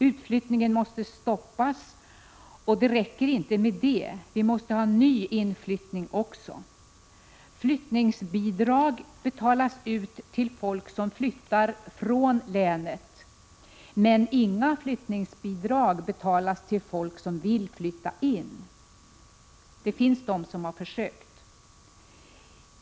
Utflyttningen måste stoppas. Men det räcker inte med det, utan vi måste få nyinflyttning också. Flyttningsbidrag betalas ut till folk som flyttar från länet, men inga flyttningsbidrag betalas till folk som vill flytta in — det finns de som har försökt.